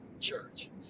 church